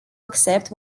accept